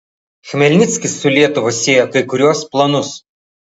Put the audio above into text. chmelnickis su lietuva siejo kai kuriuos planus